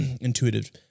intuitive